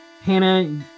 Hannah